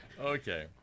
Okay